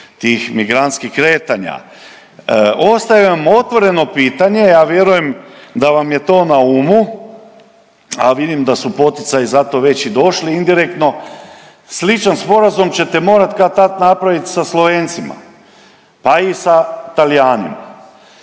tih migrantskih kretanja. Ostaje vam otvoreno pitanje, ja vjerujem da vam je to na umu, a vidim da su poticaji za to već i došli indirektno. Sličan sporazum ćete morat kad-tad napravit sa Slovencima, pa i sa Talijanima,